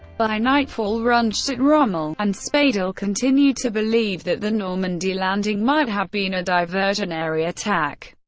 by nightfall, rundstedt, rommel and speidel continued to believe that the normandy landing might have been a diversionary attack,